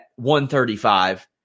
135